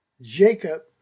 Jacob